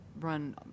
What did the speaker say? run